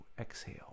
exhale